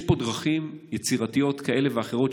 יש פה דרכים יצירתיות כאלה ואחרות,